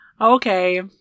Okay